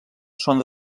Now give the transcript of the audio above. són